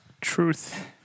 Truth